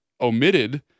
omitted